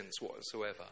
whatsoever